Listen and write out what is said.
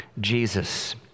Jesus